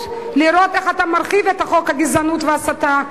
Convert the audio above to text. לראות איך אתם מרחיבים את חוק הגזענות וההסתה,